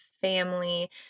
family